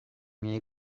miei